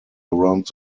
around